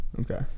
Okay